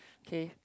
K